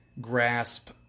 grasp